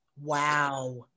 Wow